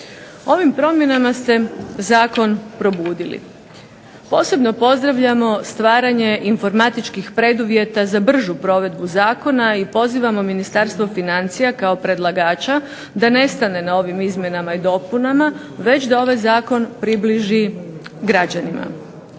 Ovim promjenama ste zakon probudili. Posebno pozdravljamo stvaranje informatičkih preduvjeta za bržu provedbu zakona i pozivamo Ministarstvo financija kao predlagača da ne stane na ovim izmjenama i dopunama, već da ovaj zakon približi građanima.